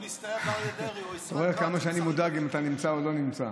אוה, כמה שאני מודאג אם אתה נמצא או לא נמצא.